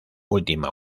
última